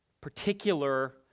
particular